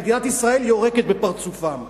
ומדינת ישראל יורקת בפרצופם.